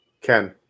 Ken